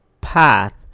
path